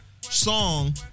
song